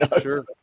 sure